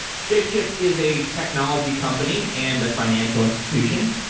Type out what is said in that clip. shapeshift is a technology company and a financial institution,